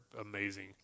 amazing